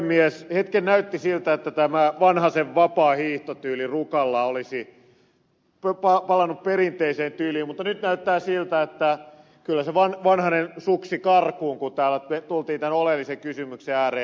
hetken näytti siltä että tämä vanhasen vapaa hiihtotyyli rukalla olisi palannut perinteiseen tyyliin mutta nyt näyttää siltä että kyllä se vanhanen suksi karkuun kun täällä tultiin tämän oleellisen kysymyksen ääreen